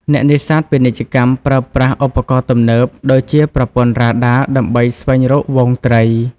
អ្នកនេសាទពាណិជ្ជកម្មប្រើប្រាស់ ឧបករណ៍ទំនើប ដូចជាប្រព័ន្ធរ៉ាដាដើម្បីស្វែងរកហ្វូងត្រី។